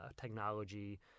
technology